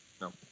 no